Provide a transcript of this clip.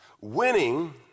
winning